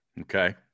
Okay